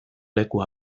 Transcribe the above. leku